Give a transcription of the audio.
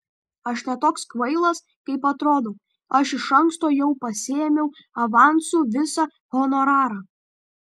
aš ne toks kvailas kaip atrodau aš iš anksto jau pasiėmiau avansu visą honorarą